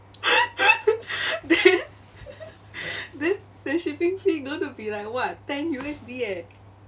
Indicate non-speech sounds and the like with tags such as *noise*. *laughs* then then the shipping fee going to be like what ten U_S_D eh